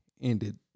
ended